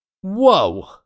Whoa